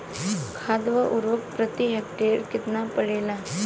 खाध व उर्वरक प्रति हेक्टेयर केतना पड़ेला?